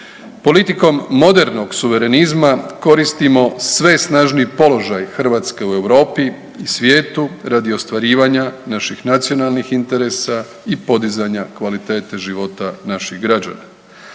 Politikom modernog suverenizma koristimo sve snažniji položaj Hrvatske u Europi i svijetu radi ostvarivanja naših nacionalnih interesa i podizanja kvalitete života naših građana.